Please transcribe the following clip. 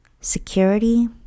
security